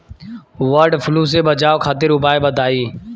वड फ्लू से बचाव खातिर उपाय बताई?